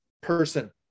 person